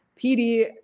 PD